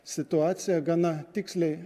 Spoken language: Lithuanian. situaciją gana tiksliai